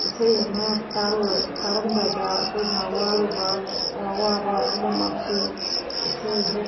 ꯏꯁꯩ ꯑꯃ ꯇꯥꯔꯝꯗꯥꯏꯗ ꯑꯩꯈꯣꯏꯅ ꯋꯥꯔꯨꯕ ꯑꯋꯥꯕ ꯄꯨꯝꯅꯃꯛꯁꯤ ꯏꯁꯩ ꯍꯦꯛ